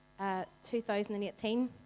2018